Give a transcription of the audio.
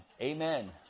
amen